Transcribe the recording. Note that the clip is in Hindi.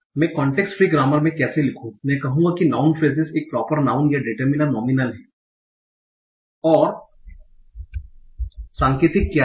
मैं कांटेक्स्ट फ्री ग्रामर में कैसे लिखूं मैं कहूंगा कि नाउँन फ्रेसेस एक प्रोपर नाउँन या डिटर्मिनर नोमीनल है और सांकेतिक क्या है